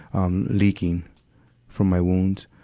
um, leaking from my wounds,